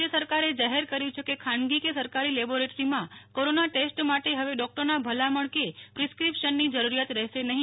રાજય સરકારે જાહેર કર્યું છે કે ખાનગી કે સરકારી લેબોરેટરીમાં કોરોના ટેસ્ટ માટે હવે ડોક્ટરના ભલામણ કે પ્રિસ્કીપ્શનની જરૂરીયાત રહેશે નહી